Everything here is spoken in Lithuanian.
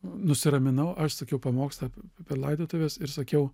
nusiraminau aš sakiau pamokslą per laidotuves ir sakiau